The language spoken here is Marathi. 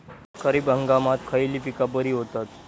खरीप हंगामात खयली पीका बरी होतत?